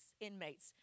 inmates